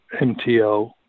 MTO